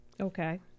Okay